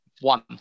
One